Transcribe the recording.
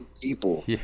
people